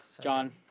John